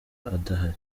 adahari